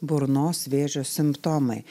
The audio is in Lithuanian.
burnos vėžio simptomai